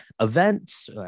events